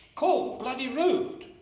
called bloody rude,